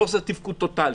חוסר תפקוד טוטלי.